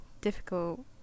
difficult